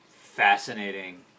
Fascinating